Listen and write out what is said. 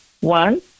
one